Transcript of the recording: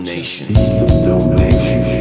Nation